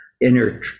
inner